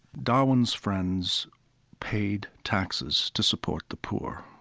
darwin's friends paid taxes to support the poor,